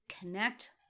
connect